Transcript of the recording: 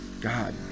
god